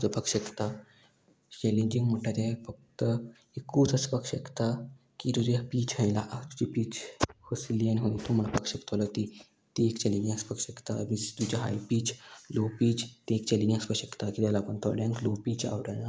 वाजोपाक शकता चॅलेंजींग म्हणटा तें फक्त एकूच आसपाक शकता की तुजें पीच खंय लागला तुजी पीच कसली आनी खंय तूं म्हणपाक शकतलो ती ती एक चॅलेंजींग आसपाक शकता मिन्स तुज्या हाय पीच लो पीच ती एक चॅलेंजींग आसपाक शकता किद्या लागोन थोड्यांक लो पीच आवडना